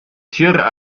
tier